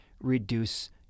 reduce